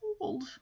cold